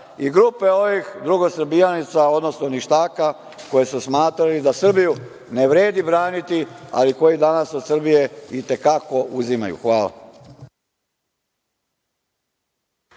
i grupe ovih drugosrbijanaca, odnosno ništaka, koji su smatrali da Srbiju ne vredi braniti, ali koji danas od Srbije i te kako uzimaju. Hvala.